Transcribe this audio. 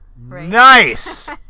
Nice